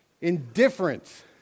Indifference